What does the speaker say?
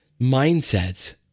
mindsets